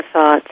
thoughts